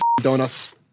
donuts